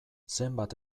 zenbat